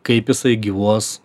kaip jisai gyvuos